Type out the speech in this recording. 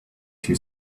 two